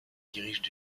dirige